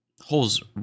holes